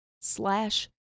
slash